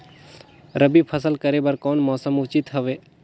रबी फसल करे बर कोन मौसम उचित हवे?